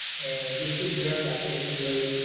and you see here that, basically,